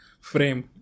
frame